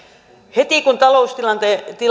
heti kun taloustilanne